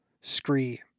scree